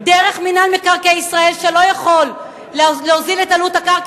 דרך מינהל מקרקעי ישראל שלא יכול להוזיל את עלות הקרקע